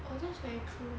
oh that's very true